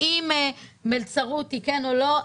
האם מלצרות היא כן או לא?